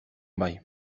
bai